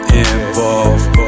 involved